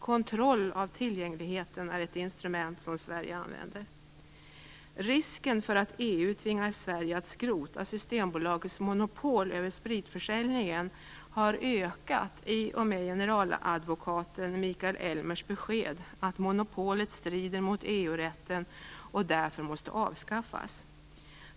Kontroll av tillgängligheten är ett instrument som Risken för att EU tvingar Sverige att skrota Systembolagets monopol över spritförsäljningen har ökat i och med generaladvokaten Michael Elmers besked att monopolet strider mot EU-rätten och därför måste avskaffas.